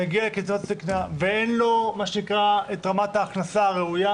מגיע לקצבת זקנה ואין לו מה שנקרא את רמת ההכנסה הראויה,